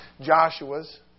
Joshua's